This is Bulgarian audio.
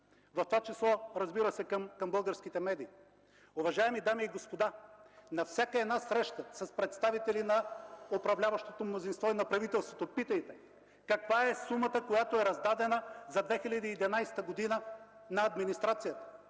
в това число, разбира се, към българските медии. Уважаеми дами и господа, на всяка една среща с представители на управляващото мнозинство и на правителството питайте каква е сумата, която е раздадена за 2011 г. на администрацията.